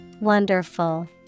Wonderful